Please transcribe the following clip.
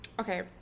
okay